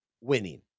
winning